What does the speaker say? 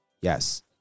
yes